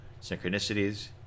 synchronicities